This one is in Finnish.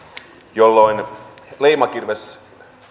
jolloin leimakirves